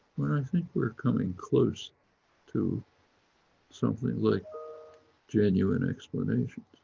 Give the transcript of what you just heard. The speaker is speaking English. when i think we're coming close to something like genuine explanations,